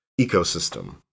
ecosystem